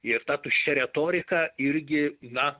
ir ta tuščia retorika irgi na